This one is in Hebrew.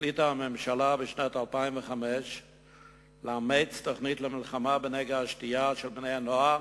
החליטה הממשלה בשנת 2005 לאמץ תוכנית למלחמה בנגע השתייה של בני-הנוער